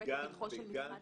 וזה באמת לפתחו של המשרד.